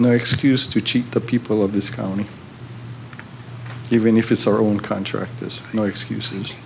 no excuse to cheat the people of this county even if it's our own country there's no excuse